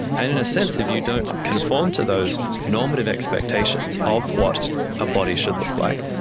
and in a sense if you don't conform to those normative expectations of what a body should look like,